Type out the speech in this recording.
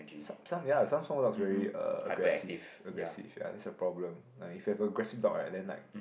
some ya some small dogs very uh aggressive aggressive ya that's a problem like if you have aggressive dog ah then like